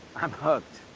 i'm hooked.